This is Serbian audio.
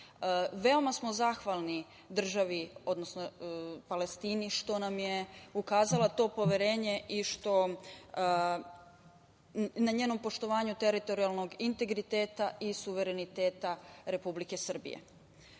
Veoma smo zahvalni Palestini što nam je ukazala to poverenje i na njenom poštovanju teritorijalnog integriteta i suvereniteta Republike Srbije. Želela